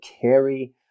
carry